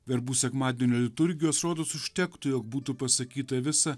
verbų sekmadienio liturgijos rodos užtektų jog būtų pasakyta visa